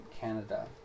Canada